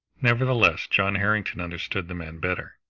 nevertheless john harrington understood the man better.